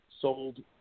sold